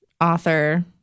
author